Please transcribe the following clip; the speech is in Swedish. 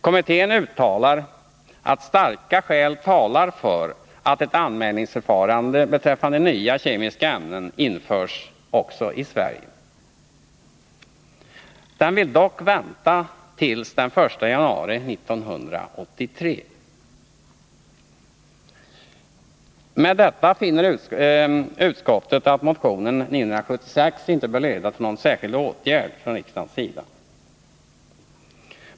Kommittén uttalar att starka skäl talar för att ett anmälningsförfarande beträffande nya kemiska ämnen införs också i Sverige. Den vill dock vänta till den 1 januari 1983. Med detta finner utskottet att motion 976 inte bör leda till någon särskild åtgärd från riksdagens sida.